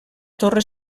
torre